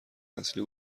اصلی